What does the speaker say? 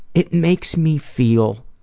it makes me feel